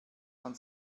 man